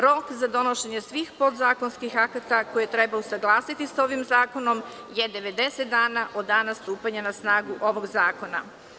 Rok za donošenje svih podzakonskih akata koje treba usaglasiti sa ovim zakonom je 90 dana od dana stupanja na snagu ovog zakona.